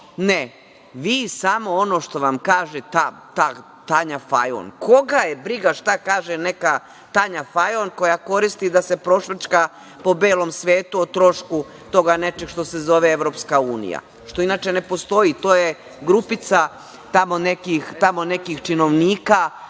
Ne, vi samo ono što vam kaže ta Tanja Fajon. Koga je briga šta kaže neka Tanja Fajon, koja koristi da se prošvrćka po belom svetu o trošku toga nečeg što se zove EU, što inače ne postoji? To je grupica tamo nekih činovnika,